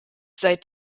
seit